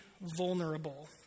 vulnerable